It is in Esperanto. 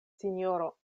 sinjoro